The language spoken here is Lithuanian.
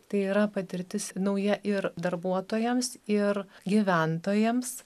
tai yra patirtis nauja ir darbuotojams ir gyventojams